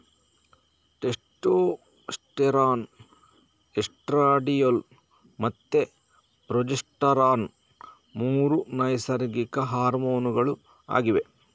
testosterone, estradiol ಮತ್ತೆ progesterone ಮೂರು ನೈಸರ್ಗಿಕ ಹಾರ್ಮೋನುಗಳು ಆಗಿವೆ